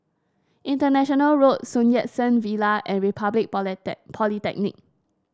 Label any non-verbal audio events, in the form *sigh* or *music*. International Road Sun Yat Sen Villa and Republic *unintelligible* Polytechnic